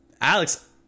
alex